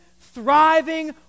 thriving